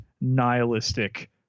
nihilistic